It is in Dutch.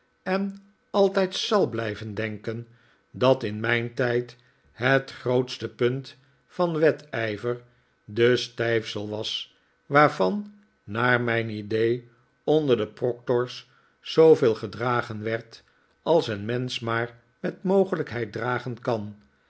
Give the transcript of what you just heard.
en altijd zal blijven denken dat in mijn tijd het grootste punt van wedijver de stijfsel was waarvan naar mijn idee onder de proctors zooveel gedragen werd als een mensch maar met mogelijkheid dragen kaji